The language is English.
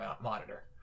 monitor